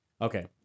okay